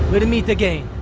we'll meet again,